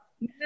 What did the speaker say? no